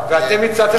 ואתם הצעתם